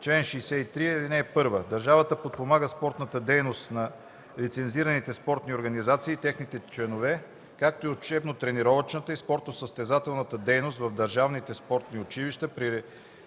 „Чл. 63. (1) Държавата подпомага спортната дейност на лицензираните спортни организации и техните членове, както и учебно-тренировъчната и спортно-състезателната дейност в държавните спортни училища при условия